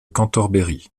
cantorbéry